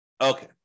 Okay